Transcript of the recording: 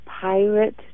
Pirate